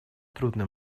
трудный